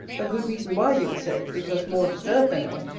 a good reason why, you'll say, because more deserved than ever.